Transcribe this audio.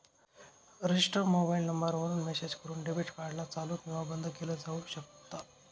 register mobile number वरून message करून debit card ला चालू किंवा बंद केलं जाऊ शकता